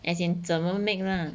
as in 怎么 make lah